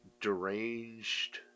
deranged